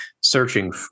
searching